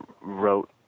wrote